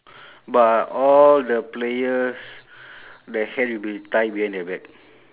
but all the players their hand will be tie behind their back